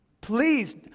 Please